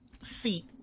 seat